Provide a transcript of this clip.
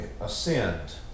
ascend